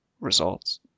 results